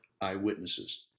eyewitnesses